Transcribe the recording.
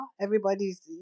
Everybody's